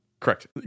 Correct